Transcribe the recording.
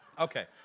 Okay